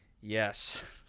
Yes